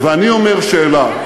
ואני אומר שאלה,